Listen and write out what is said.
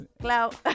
Clout